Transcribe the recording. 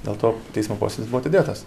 dėl to teismo posėdis buvo atidėtas